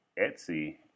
Etsy